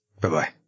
Bye-bye